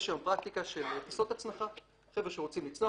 יש היום פרקטיקה של טיסות הצנחה חבר'ה שרוצים לצנוח,